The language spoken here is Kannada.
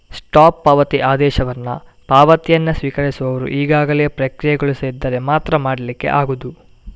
ಸ್ಟಾಪ್ ಪಾವತಿ ಆದೇಶವನ್ನ ಪಾವತಿಯನ್ನ ಸ್ವೀಕರಿಸುವವರು ಈಗಾಗಲೇ ಪ್ರಕ್ರಿಯೆಗೊಳಿಸದಿದ್ದರೆ ಮಾತ್ರ ಮಾಡ್ಲಿಕ್ಕೆ ಆಗುದು